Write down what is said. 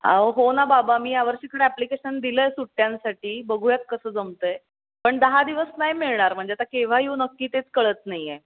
हो ना बाबा मी यावर्षी खरं ॲप्लिकेशन दिलं आहे सुट्ट्यांसाठी बघूयात कसं जमत आहे पण दहा दिवस नाही मिळणार म्हणजे आता केव्हा येऊ नक्की तेच कळत नाही आहे